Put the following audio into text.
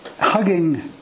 hugging